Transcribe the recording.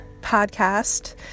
podcast